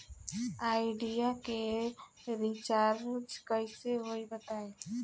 Idea के recharge कइसे होई बताईं?